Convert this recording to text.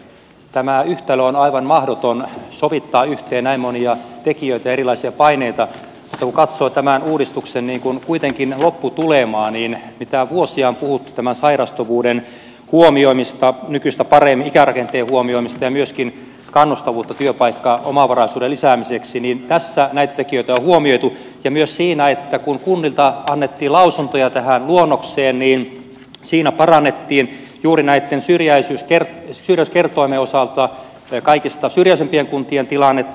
tämä yhtälö on aivan mahdoton sovittaa yhteen näin monia tekijöitä ja erilaisia paineita mutta kun katsoo kuitenkin tämän uudistuksen lopputulemaa niin kun vuosia on puhuttu tämän sairastavuuden huomioimisesta nykyistä paremmin ikärakenteen huomioimisesta ja myöskin kannustavuudesta työpaikkaomavaraisuuden lisäämiseksi niin tässä näitä tekijöitä on huomioitu ja kun kunnista annettiin lausuntoja tähän luonnokseen parannettiin juuri näitten syrjäisyyskertoimien osalta kaikista syrjäisimpien kuntien tilannetta